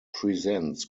presents